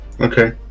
Okay